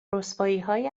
رسواییهای